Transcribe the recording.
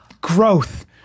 growth